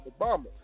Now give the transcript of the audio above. Obama